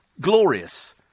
glorious